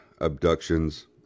abductions